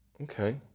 Okay